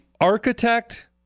architect